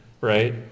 Right